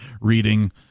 reading